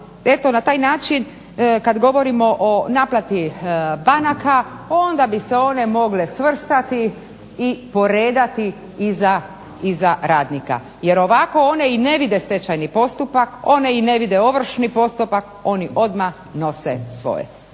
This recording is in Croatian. eto na taj način kad govorimo o naplati banaka onda bi se one mogle svrstati i poredati iza radnika jer ovako one i ne vide stečajni postupak, one i ne vide ovršni postupak, oni odmah nose svoje.